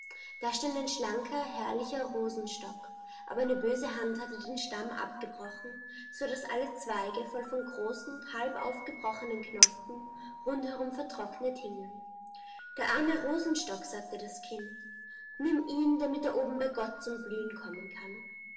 da stand ein schlanker herrlicher rosenstock aber eine böse hand hatte den stamm abgebrochen sodaß alle zweige voll von großen halbaufgebrochenen knospen rundherum vertrocknet hingen der arme rosenstock sagte das kind nimm ihn damit er oben bei gott zum blühen kommen kann